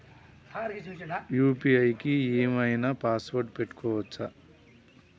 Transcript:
UPI కి ఏం ఐనా పాస్వర్డ్ పెట్టుకోవచ్చా?